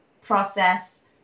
process